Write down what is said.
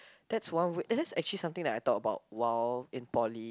that's one eh that's actually something that I thought about while in poly